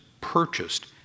purchased